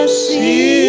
see